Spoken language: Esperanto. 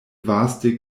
vaste